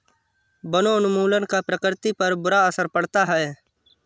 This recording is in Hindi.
वनोन्मूलन का प्रकृति पर बुरा असर पड़ता है